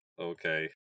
okay